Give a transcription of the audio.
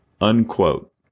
Unquote